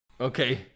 okay